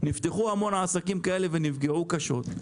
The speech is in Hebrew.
נפתחו המון עסקים כאלה ונפגעו קשות.